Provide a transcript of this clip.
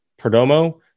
Perdomo